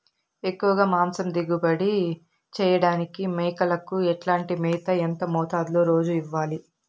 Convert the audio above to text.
ఎక్కువగా మాంసం దిగుబడి చేయటానికి మేకలకు ఎట్లాంటి మేత, ఎంత మోతాదులో రోజు ఇవ్వాలి?